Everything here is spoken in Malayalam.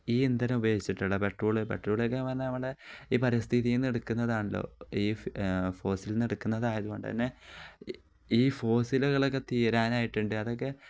ഈ ഇന്ധനം ഉപയോഗിച്ചിട്ടുള്ള പെട്രോള് പെട്രോളൊക്കെ പറഞ്ഞാൽ നമ്മുടെ ഈ പരിസ്ഥിതി എടുക്കുന്നതാണല്ലോ ഈ ഫോസിലിൽ നിന്ന് എടുക്കുന്നതായതു കൊണ്ട് തന്നെ ഈ ഫോസിലുകളൊക്കെ തീരാനായിട്ടുണ്ട് അതൊക്കെ